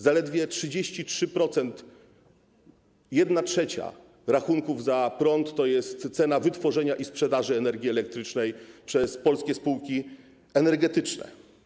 Zaledwie 33%, 1/3 rachunków za prąd to jest cena wytworzenia i sprzedaży energii elektrycznej przez polskie spółki energetyczne.